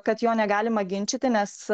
kad jo negalima ginčyti nes